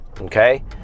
Okay